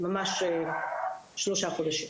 שלושה חודשים.